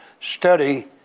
Study